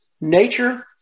Nature